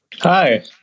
Hi